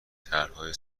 طرحهای